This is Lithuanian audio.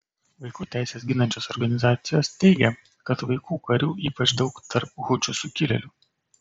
vaikų teises ginančios organizacijos teigia kad vaikų karių ypač daug tarp hučių sukilėlių